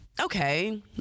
okay